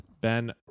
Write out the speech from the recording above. Ben